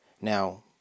Now